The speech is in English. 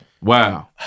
Wow